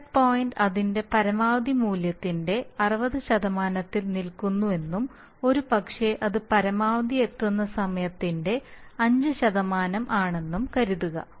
set point അതിന്റെ പരമാവധി മൂല്യത്തിന്റെ 60 ൽ നിൽക്കുന്നുവെന്നും ഒരുപക്ഷേ അത് പരമാവധി എത്തുന്ന സമയത്തിന്റെ 5 ആണെന്നും കരുതുക